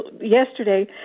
yesterday